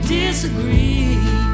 disagree